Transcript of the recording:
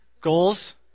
goals